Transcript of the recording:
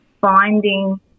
finding